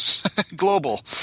global